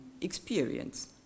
experience